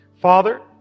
Father